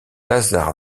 lazar